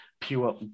pure